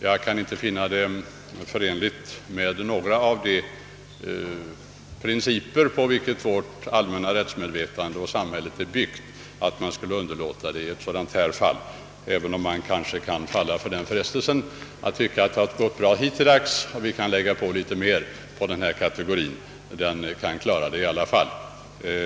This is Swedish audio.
Jag kan inte finna det förenligt med några av de principer på vilka vårt allmänna rättsmedvetande och samhället bygger att man skulle underlåta att betala kostnaderna i detta fall; annars är det risk att man faller för frestelsen att tycka att det går bra att lägga ytterligare bördor på denna kategori, eftersom det har gått bra hittilldags.